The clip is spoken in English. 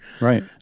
Right